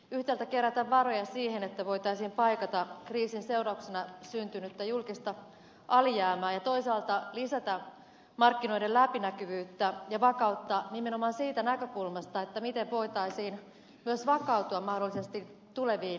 yhtäältä kerätä varoja siihen että voitaisiin paikata kriisin seurauksena syntynyttä julkista alijäämää ja toisaalta lisätä markkinoiden läpinäkyvyyttä ja vakautta nimenomaan siitä näkökulmasta miten voitaisiin myös vakautua mahdollisesti tuleviin kriiseihin